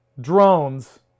drones